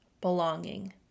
belonging